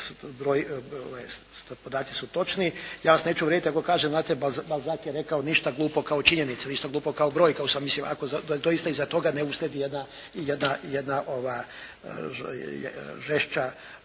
podaci su točni. Ja vas neću uvrijediti ako kažem, znate Balzak je rekao ništa glupo kao činjenicu, ništa glupo kao brojka. To sam mislio ako da doista iza toga ne uslijedi jedna žešća